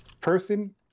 person